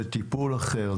זה טיפול אחר,